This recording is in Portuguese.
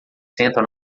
sentam